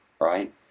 right